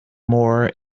more